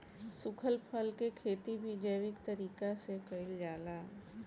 सुखल फल के खेती भी जैविक तरीका से कईल जाला